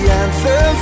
answer